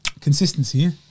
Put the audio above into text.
Consistency